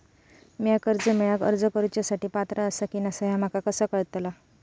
म्या कर्जा मेळाक अर्ज करुच्या साठी पात्र आसा की नसा ह्या माका कसा कळतल?